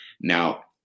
Now